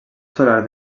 solar